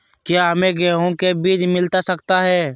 क्या हमे गेंहू के बीज मिलता सकता है?